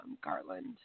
Garland